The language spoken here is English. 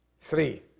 Three